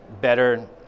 better